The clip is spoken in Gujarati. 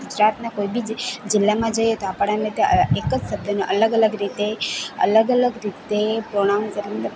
ગુજરાતના કોઈ બી જિ જિલ્લામાં જઈએ તો આપણને ત્યાં એક જ શબ્દનો અલગ અલગ રીતે અલગ અલગ રીતે પ્રોનાઉન્સ